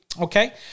Okay